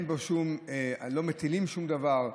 שלא מטילים שום דבר,